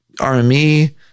RME